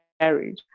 Marriage